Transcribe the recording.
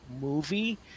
movie